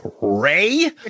Ray